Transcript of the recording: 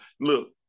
Look